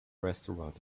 restaurant